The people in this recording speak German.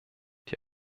die